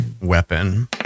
weapon